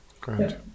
Great